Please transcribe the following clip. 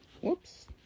whoops